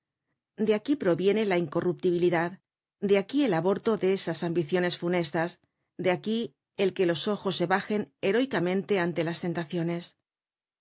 de aquí proviene la incorruptibilidad de aquí el aborto de esas ambiciones funestas de aquí el que los ojos se bajen heroicamente ante las tentaciones